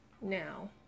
now